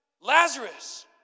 Lazarus